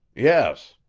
yes.